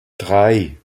drei